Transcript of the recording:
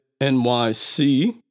NYC